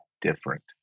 different